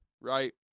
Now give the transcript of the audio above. right